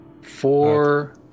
four